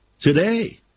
today